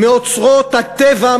מאוצרות הטבע,